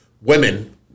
women